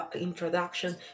introduction